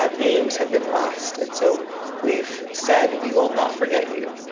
ah names have been lost, and so we've said, we will not forget you.